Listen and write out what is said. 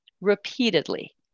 repeatedly